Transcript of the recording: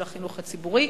של החינוך הציבורי,